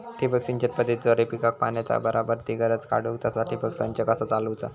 ठिबक सिंचन पद्धतीद्वारे पिकाक पाण्याचा बराबर ती गरज काडूक तसा ठिबक संच कसा चालवुचा?